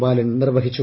ബാലൻ നിർവഹിച്ചു